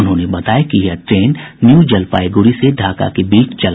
उन्होंने बताया कि यह ट्रेन न्यूजलपाईगुड़ी से ढ़ाका के बीच चलायी जायेगी